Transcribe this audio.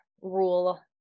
rule